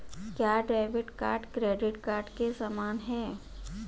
क्या debit card credit card के समान है?